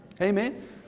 Amen